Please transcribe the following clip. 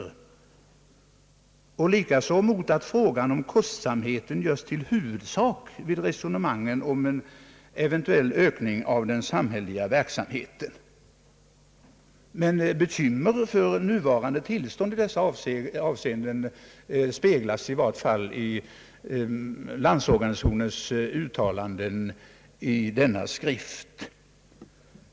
Likaså reagerar jag mot att frågan om kostsamheten göres till huvudsak i resonemanget om en eventuell ökning av den samhälleliga verksamheten. Bekymmer för det nuvarande tillståndet i dessa avseenden speglas i vart fall av Landsorganisationens uttalanden i denna skrift.